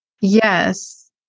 Yes